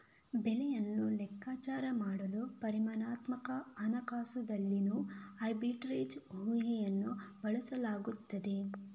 ಬೆಲೆಯನ್ನು ಲೆಕ್ಕಾಚಾರ ಮಾಡಲು ಪರಿಮಾಣಾತ್ಮಕ ಹಣಕಾಸುದಲ್ಲಿನೋ ಆರ್ಬಿಟ್ರೇಜ್ ಊಹೆಯನ್ನು ಬಳಸಲಾಗುತ್ತದೆ